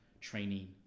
training